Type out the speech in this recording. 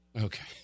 Okay